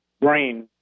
brain